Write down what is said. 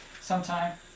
sometime